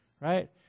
right